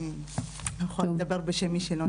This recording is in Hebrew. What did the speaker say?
אני מדברת בשם מי שלא בא.